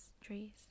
trees